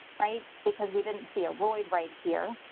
right? because we didn't see a roid right here.